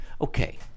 Okay